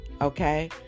Okay